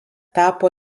tapo